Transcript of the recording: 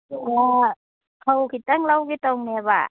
ꯐꯧ ꯈꯤꯇꯪ ꯂꯧꯒꯦ ꯇꯧꯕꯅꯦꯕ